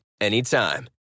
anytime